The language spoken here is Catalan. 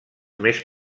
més